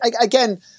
again